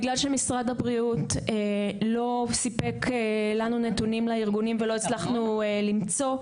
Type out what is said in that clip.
בגלל שמשרד הבריאות לא סיפק לנו נתונים לארגונים ולא הצלחנו למצוא,